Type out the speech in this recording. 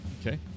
Okay